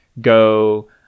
Go